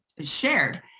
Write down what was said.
shared